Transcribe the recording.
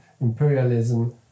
imperialism